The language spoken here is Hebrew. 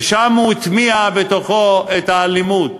ושם הוא הטמיע בתוכו את האלימות.